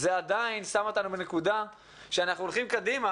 זה עדיין שם אותנו בנקודה שאנחנו הולכים קדימה